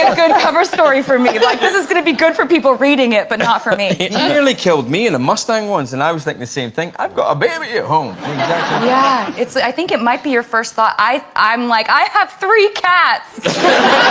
ah good cover story for me like this is gonna be good for people reading it but not for me it really killed me and the mustang ones and i was thinking the same thing. i've got a baby at home yeah, it's i think it might be your first thought i i'm like i have three cats